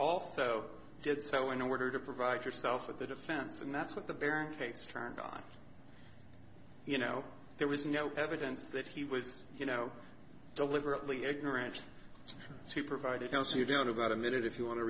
also did so in order to provide yourself with the defense and that's what the barricades turned on you know there was no evidence that he was you know deliberately ignorant she provided him so you've got about a minute if you want to